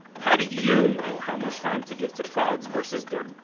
how do you know how much time to give to clouds versus dirt?